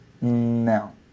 No